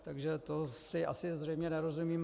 Takže to si asi zřejmě nerozumíme.